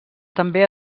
també